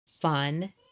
fun